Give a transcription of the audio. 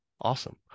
Awesome